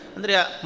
Andrea